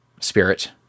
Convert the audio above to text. spirit